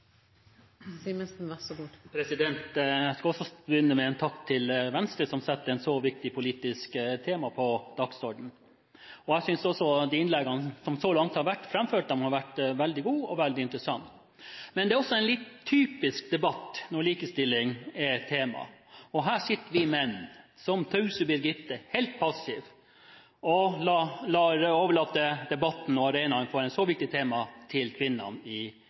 setter et så viktig politisk tema på dagsordenen. Jeg synes også de innleggene som så langt har vært framført, har vært veldig gode og veldig interessante. Men det er også en litt typisk debatt når likestilling er temaet. Her sitter vi menn som «tause Birgitte», helt passivt, og overlater debatten og arenaen for et så viktig tema til kvinnene i